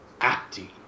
acting